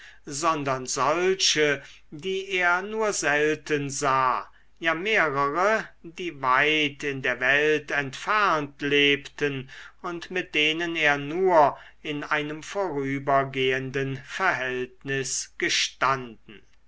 sondern solche die er nur selten sah ja mehrere die weit in der welt entfernt lebten und mit denen er nur in einem vorübergehenden verhältnis gestanden